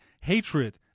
hatred